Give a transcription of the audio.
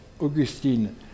Augustine